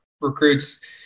recruits